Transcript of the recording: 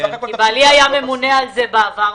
כי בעלי היה ממונה על זה בעבר,